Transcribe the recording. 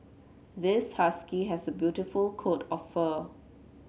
this husky has a beautiful coat of fur